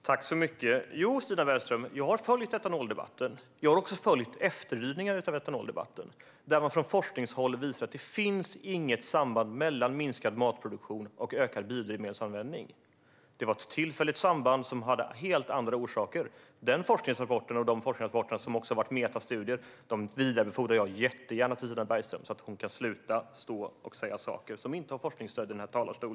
Fru talman! Jo, Stina Bergström, jag följde etanoldebatten. Jag har också följt efterdyningarna av etanoldebatten, där man från forskningshåll visade att det inte finns något samband mellan minskad matproduktion och ökad biodrivmedelsanvändning. Det var ett tillfälligt samband som hade helt andra orsaker. Den forskningsrapporten, och även de forskningsrapporter som har varit metastudier, vidarebefordrar jag jättegärna till Stina Bergström så att hon kan sluta stå i talarstolen och säga saker som inte har forskningsstöd.